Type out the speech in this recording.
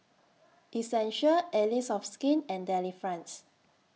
Essential Allies of Skin and Delifrance